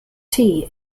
tea